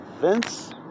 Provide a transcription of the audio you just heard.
Vince